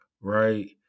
right